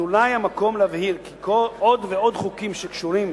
זה אולי המקום להבהיר כי עוד ועוד חוקים שקשורים